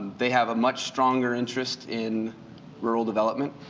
they have a much stronger interest in rural development.